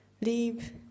leave